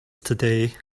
today